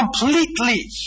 Completely